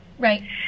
Right